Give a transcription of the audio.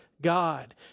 God